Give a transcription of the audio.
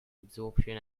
absorption